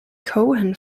cohen